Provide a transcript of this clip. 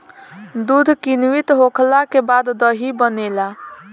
दूध किण्वित होखला के बाद दही बनेला